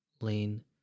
Lane